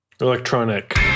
Electronic